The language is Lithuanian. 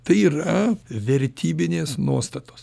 tai yra vertybinės nuostatos